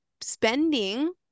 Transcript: spending